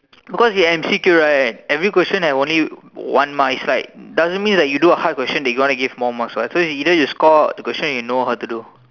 because in M_C_Q right every question have only one mark is like doesn't mean you do a hard question they gonna give more marks what so either you score the questions you know how to do